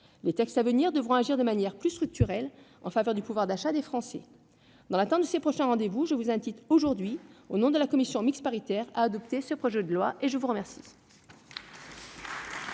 textes devront contenir des mesures plus structurelles en faveur du pouvoir d'achat des Français. Dans l'attente de ces prochains rendez-vous, je vous invite aujourd'hui, au nom de la commission mixte paritaire, à adopter ce projet de loi. La parole est à M.